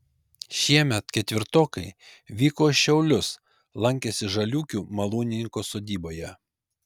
šiemet ketvirtokai vyko į šiaulius lankėsi žaliūkių malūnininko sodyboje